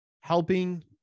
helping